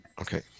Okay